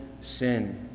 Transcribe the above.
sin